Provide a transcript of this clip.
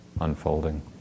unfolding